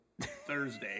Thursday